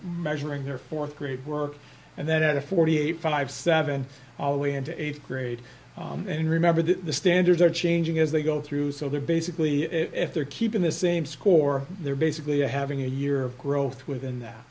measuring their fourth grade work and then a forty eight five seven all way into eighth grade and remember that the standards are changing as they go through so they're basically if they're keeping the same score they're basically having a year of growth within that